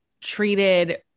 treated